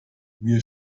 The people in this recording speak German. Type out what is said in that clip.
wir